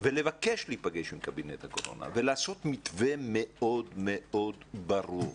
ולבקש להיפגש עם קבינט הקורונה ולעשות מתווה מאוד מאוד ברור,